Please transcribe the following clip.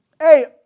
hey